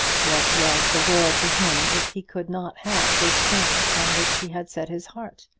what was the world to him if he could not have this thing on which he had set his heart?